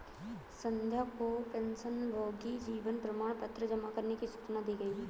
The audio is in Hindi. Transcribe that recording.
संध्या को पेंशनभोगी जीवन प्रमाण पत्र जमा करने की सूचना दी गई